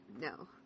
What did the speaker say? no